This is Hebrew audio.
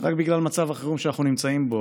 רק בגלל מצב החירום שאנחנו נמצאים בו,